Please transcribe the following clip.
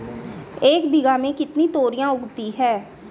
एक बीघा में कितनी तोरियां उगती हैं?